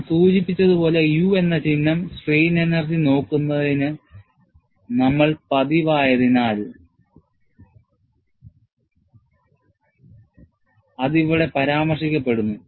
ഞാൻ സൂചിപ്പിച്ചതുപോലെ U എന്ന ചിഹ്നം strain energy നോക്കുന്നതിന് ഞങ്ങൾ പതിവായതിനാൽ അത് ഇവിടെ പരാമർശിക്കപ്പെടുന്നു